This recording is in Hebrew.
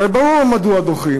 הרי ברור מדוע דוחים.